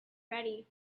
ready